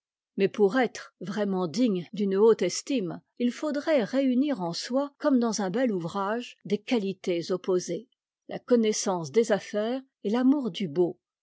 mais pour être vraiment digne d'une haute estime il faudrait réunir en soi comme dans un bel ouvrage des qualités opposées la connaissance des affaires et l'amour du beau